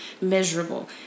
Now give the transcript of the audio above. miserable